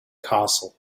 castle